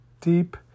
deep